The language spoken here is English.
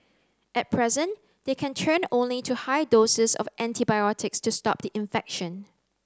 at present they can turn only to high doses of antibiotics to stop the infection